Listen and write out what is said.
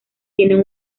tienen